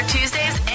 Tuesdays